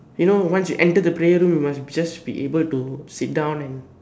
you know once you enter the prayer room you must just be able to sit down and